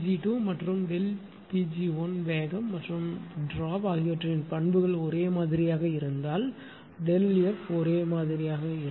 Pg2மற்றும் Pg1 வேகம் மற்றும் drop ஆகியவற்றின் பண்புகள் ஒரேமாதிரியாக இருந்தால் ΔF ஒரே மாதிரியாக இருக்கும்